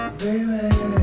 baby